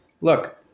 look